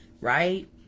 right